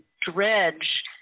dredge